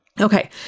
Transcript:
Okay